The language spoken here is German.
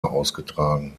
ausgetragen